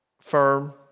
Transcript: firm